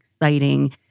exciting